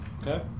Okay